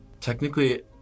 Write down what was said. technically